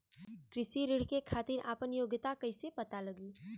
कृषि ऋण के खातिर आपन योग्यता कईसे पता लगी?